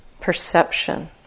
Perception